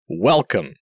welcome